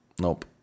Nope